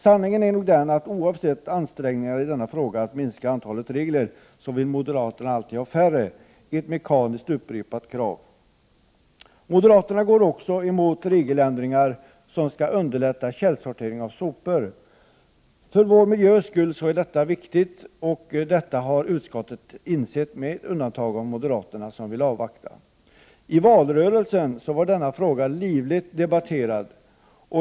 Sanningen är nog den att oavsett ansträngningar i detta avseende att minska antalet regler, vill moderaterna alltid ha färre, ett krav som mekaniskt upprepas. Moderaterna går också emot regeländringar som skall underlätta källsortering av sopor. För vår miljös skull är detta viktigt. Det har utskottet insett, med undantag av moderaterna som vill avvakta. I valrörelsen debatterades denna fråga livligt.